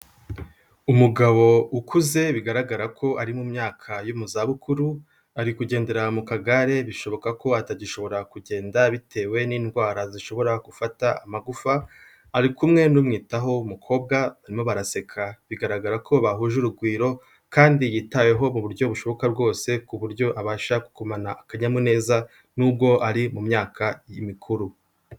Umugabo ukuze bigaragara ko ari mu myaka yo mu zabukuru, ari kugenderera mu kagare bishoboka ko atagishobora kugenda bitewe n'indwara zishobora gufata amagufa, ari kumwe n'umwitaho w'umukobwa, barimo baraseka bigaragara ko bahuje urugwiro kandi yitaweho mu buryo bushoboka bwose, ku buryo abasha kugumana akanyamuneza nubwo ari mu myaka mikuru.